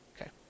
Okay